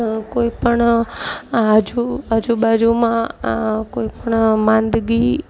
કોઈપણ આજુબાજુમાં કોઈપણ માંદગી